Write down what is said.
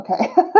okay